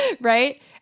Right